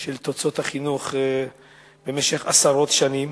של תוצאות החינוך במשך עשרות שנים,